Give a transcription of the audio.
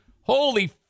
Holy